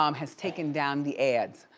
um has taken down the ads.